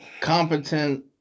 Competent